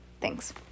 Thanks